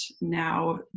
now